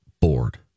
bored